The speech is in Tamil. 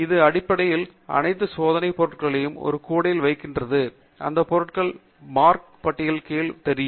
இது அடிப்படையில் அனைத்து சோதனை பொருட்களுக்கு ஒரு கூடையில் வைக்கிறது மற்றும் அந்த பொருட்கள் மார்க் பட்டியல் கீழ் மூலையில் தெரியும்